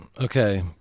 Okay